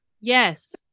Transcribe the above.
Yes